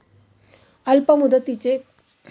अल्पमुदतीचे कर्ज किती वर्षांचे असते?